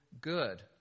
good